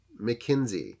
McKinsey